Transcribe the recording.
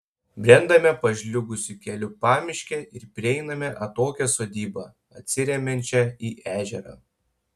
brendame pažliugusiu keliu pamiške ir prieiname atokią sodybą atsiremiančią į ežerą